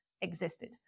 existed